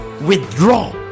withdraw